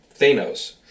Thanos